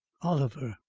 oliver!